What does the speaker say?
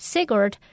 Sigurd